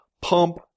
pump